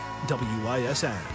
WISN